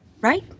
Right